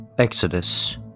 Exodus